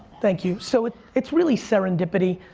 thank you, so it's really serendipity.